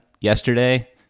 yesterday